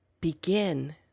begin